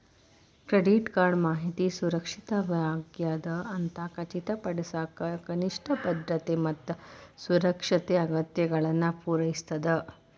credit card ಮಾಹಿತಿ ಸುರಕ್ಷಿತವಾಗ್ಯದ ಅಂತ ಖಚಿತಪಡಿಸಕ ಕನಿಷ್ಠ ಭದ್ರತೆ ಮತ್ತ ಸುರಕ್ಷತೆ ಅಗತ್ಯತೆಗಳನ್ನ ಪೂರೈಸ್ತದ